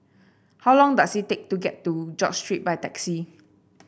how long does it take to get to George Street by taxi